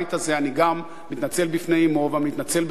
גם אני מתנצל בפני אמו ואני מתנצל בפניו,